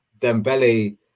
Dembele